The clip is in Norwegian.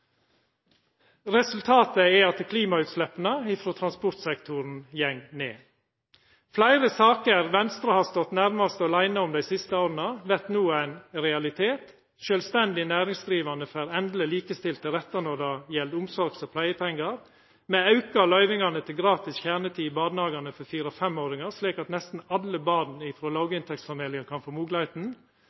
Resultatet er at klimautsleppa frå transportsektoren går ned. Fleire saker som Venstre har stått nærmast åleine om dei siste åra, vert no ein realitet: Sjølvstendig næringsdrivande får endeleg likestilte rettar når det gjeld omsorgs- og pleiepengar. Me aukar løyvingane til gratis kjernetid i barnehagane for 4–5-åringar, slik at nesten alle barn frå låginntektsfamiliar kan få moglegheita.